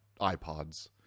iPods